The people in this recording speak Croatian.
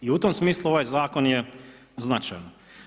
I u tom smislu ovaj zakon je značajan.